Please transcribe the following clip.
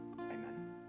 amen